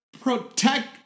Protect